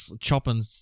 chopping